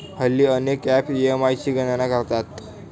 हल्ली अनेक apps EMI ची गणना करतात